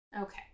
Okay